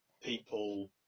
people